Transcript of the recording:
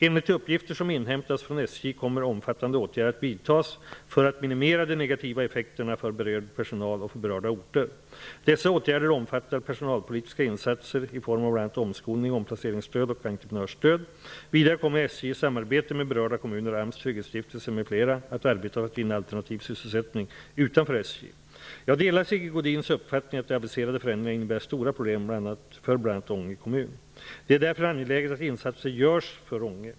Enligt de uppgifter som inhämtats från SJ kommer omfattande åtgärder att vidtas för att minimera de negativa effekterna för berörd personal och för berörda orter. Dessa åtgärder omfattar personalpolitiska insatser i form av bl.a. omskolning, omplaceringsstöd och entreprenörsstöd. Vidare kommer SJ i samarbete med berörda kommuner, AMS, Trygghetsstiftelsen m.fl. att arbeta för att finna alternativ sysselsättning utanför SJ. Jag delar Sigge Godins uppfattning att de aviserade förändringarna innebär stora problem för bl.a. Ånge kommun. Det är därför angeläget att insatser görs för Ånge.